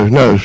no